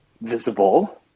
visible